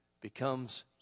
becomes